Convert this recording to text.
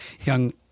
young